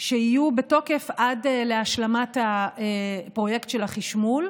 שיהיו בתוקף עד להשלמת פרויקט החשמול.